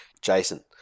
Jason